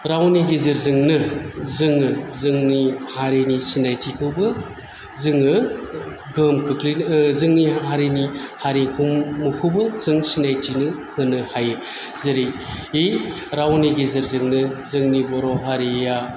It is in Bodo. रावनि गेजेरजोंनो जोङो जोंनि हारिनि सिनायथिखौबो जोङो गोहोम खोख्लैनो जोंनि हारिनि हारिमुखौबो जों सिनायथिनो होनो हायो जेरै बि रावनि गेजेरजोंनो जोंनि बर' हारिया